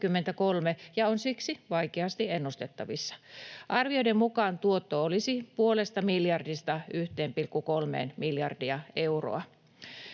ja on siksi vaikeasti ennustettavissa. Arvioiden mukaan tuotto olisi puolesta miljardista 1,3 miljardiin euroa.